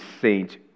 saint